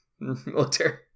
military